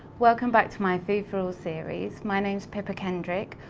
welcome back to my food for all series. my name is pippa kendrick,